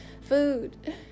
Food